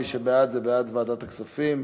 מי שבעד, בעד ועדת הכספים.